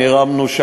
אנחנו הרמנו,